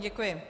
Děkuji.